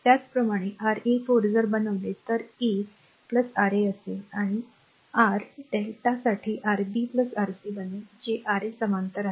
त्याचप्रमाणे R a 4 जर बनवले तर a R a असेल आणि r lrmΔ साठीRb Rc बनेल जे Ra समांतर आहे